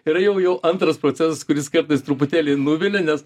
yra jau jau antras procesas kuris kartais truputėlį nuvilia nes